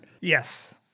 Yes